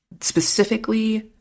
specifically